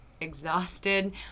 exhausted